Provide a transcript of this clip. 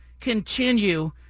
continue